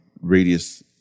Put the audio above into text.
radius